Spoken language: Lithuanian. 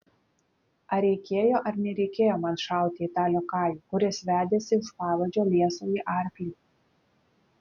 ar reikėjo ar nereikėjo man šauti į tą liokajų kuris vedėsi už pavadžio liesąjį arklį